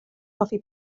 hoffi